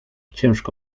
ciężko